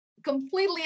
completely